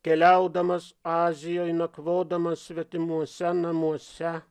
keliaudamas azijoj nakvodamas svetimuose namuose